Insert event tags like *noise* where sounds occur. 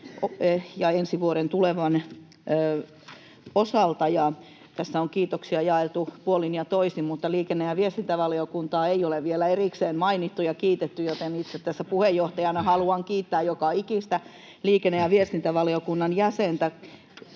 ensi vuoden osalta. Tässä on kiitoksia jaeltu puolin toisin, mutta liikenne‑ ja viestintävaliokuntaa ei ole vielä erikseen mainittu ja kiitetty, *laughs* joten itse tässä puheenjohtajana haluan kiittää joka ikistä liikenne‑ ja viestintävaliokunnan jäsentä